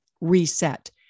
reset